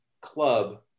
club